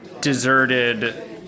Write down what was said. deserted